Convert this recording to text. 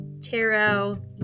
tarot